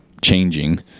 changing